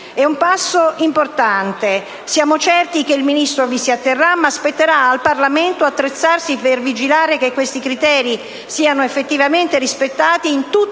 È un passo importante. Siamo certi che il Ministro vi si atterrà, ma spetterà al Parlamento attrezzarsi per vigilare che questi criteri siano effettivamente rispettati in tutta